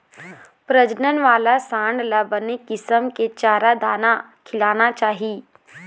प्रजनन वाला सांड ल बने किसम के चारा, दाना खिलाना चाही